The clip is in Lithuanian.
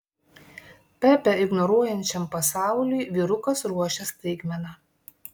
pepę ignoruojančiam pasauliui vyrukas ruošia staigmena